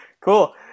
Cool